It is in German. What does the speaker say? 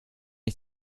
ich